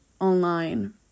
online